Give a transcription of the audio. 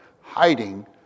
Hiding